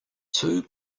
two